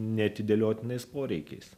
neatidėliotinais poreikiais